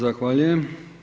Zahvaljujem.